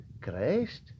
Christ